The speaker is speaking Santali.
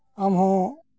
ᱟᱢᱦᱚᱸ